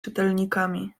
czytelnikami